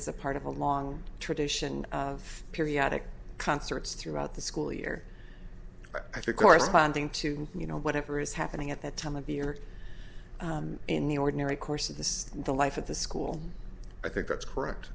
as a part of a long tradition of periodic concerts throughout the school year after corresponding to you know whatever is happening at that time of the year in the ordinary course of this in the life of the school i think that's correct